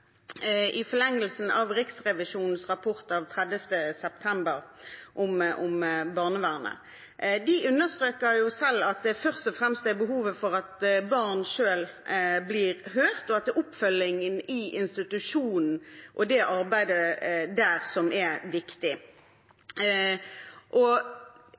i forlengelsen av Riksrevisjonens rapport av 30. september om barnevernet. De understreker at det først og fremst er behov for at barna selv blir hørt, og at det er oppfølgingen i institusjon og det arbeidet der som er viktig.